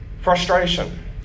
Frustration